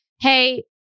hey